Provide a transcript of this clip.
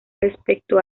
respecto